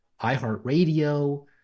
iHeartRadio